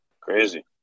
Crazy